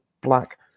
black